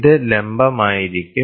ഇത് ലംമ്പമായിരിക്കും